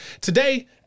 today